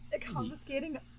confiscating